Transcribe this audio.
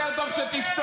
יותר טוב שתשתוק.